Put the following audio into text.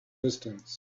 distance